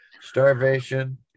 starvation